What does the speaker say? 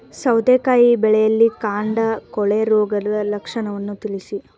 ಸೌತೆಕಾಯಿ ಬೆಳೆಯಲ್ಲಿ ಕಾಂಡ ಕೊಳೆ ರೋಗದ ಲಕ್ಷಣವನ್ನು ತಿಳಿಸಿ?